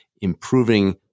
improving